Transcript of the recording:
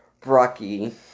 Brocky